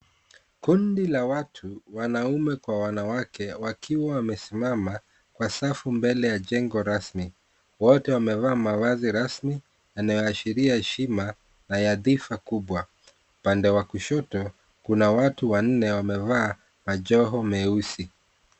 Kundi la watu wanamme kwa wanawake wakiwa wamesimama kwa safu mbele ya jengo rasmi. Wote wamevaa mavazi rasmi yanayoashiria heshima na yadhifa kubwa. Upande wa kushoto kuna watu wanne wamevaa majoho meusi.